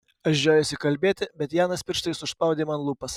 aš žiojausi kalbėti bet janas pirštais užspaudė man lūpas